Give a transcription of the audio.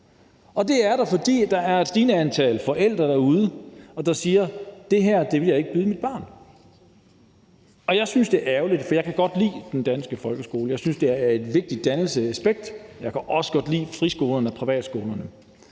og det er der, fordi der er et stigende antal forældre derude, der siger, at det her vil de ikke byde deres barn. Jeg synes, det er ærgerligt, for jeg kan godt lide den danske folkeskole. Jeg synes, det er et vigtigt dannelsesaspekt. Jeg kan også godt lide friskolerne og privatskolerne.